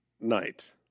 night